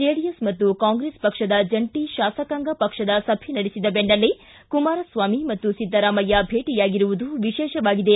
JDS ಮತ್ತು ಕಾಂಗ್ರೆಸ್ ಪಕ್ಷದ ಜಂಟಿ ಶಾಸಕಾಂಗ ಪಕ್ಷದ ಸಭೆ ನಡೆಸಿದ ಬೆನ್ನಲ್ಲೇ ಕುಮಾರಸ್ವಾಮಿ ಮತ್ತು ಸಿದ್ದರಾಮಯ್ಯ ಭೇಟಿಯಾಗಿರುವುದು ವಿಶೇಷವಾಗಿದೆ